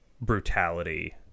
brutality